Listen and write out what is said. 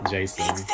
Jason